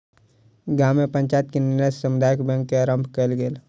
गाम में पंचायत के निर्णय सॅ समुदाय बैंक के आरम्भ कयल गेल